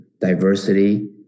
diversity